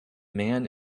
man